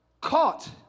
caught